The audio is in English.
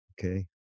okay